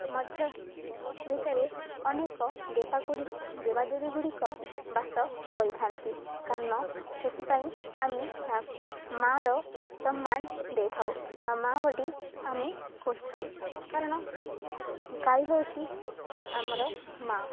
ମଧ୍ୟ ଭିତରେ ଅନେକ ଦେବା ଦେବାଦେବୀ ଗୁଡ଼ିକ ବାସ କରିଥାନ୍ତି କାରଣ ସେଥିପାଇଁ ଆମେ ତାହାକୁ ମାଆର ସମ୍ମାନ ଦେଇଥାଉ ବା ମା ବୋଲି ଆମେ କହିଥାଉ କାରଣ ଗାଈ ହେଉଛି ଆମର ମା